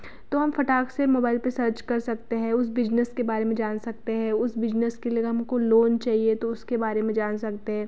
तो हम फटाक से मोबाइल पर सर्च कर सकते हैं उस बिजनेस के बारे में जान सकते हैं उस बिजनेस के लिए हमको लोन चाहिए तो उसके बारे में जान सकते हैं